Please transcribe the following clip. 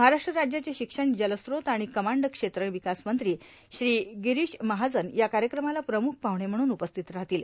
महाराष्ट्र राज्याचे शिक्षण जलस्रोत आणि कमांड क्षेत्र विकास मंत्री श्री गिरीष महाजन या कार्यक्रमाला प्रमुख पाहुणे म्हणून उपस्थित राहतील